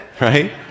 right